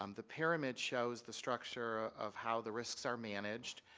um the pyramid shows the structure of how the risks are manageed.